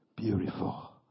Beautiful